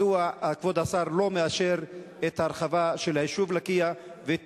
מדוע כבוד השר לא מאשר את ההרחבה של היישוב לקיה ואת